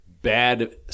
Bad